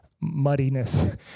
muddiness